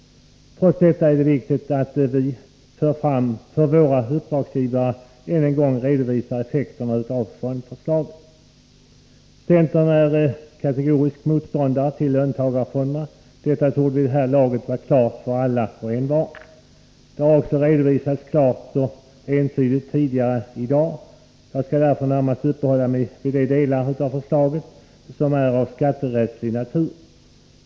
Trots detta är det viktigt att vi för våra uppdragsgivare än en gång redovisar effekterna av fondförslaget. Centern är kategorisk motståndare till löntagarfonderna. Detta torde vid det här laget vara klart för alla och envar. Det har också redovisats klart och entydigt tidigare i dag. Jag skall därför närmast uppehålla mig vid de delar av förslaget som är av skatterättslig natur.